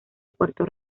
puerto